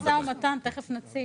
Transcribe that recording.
זה נמצא במשא ומתן, ותכף נציג.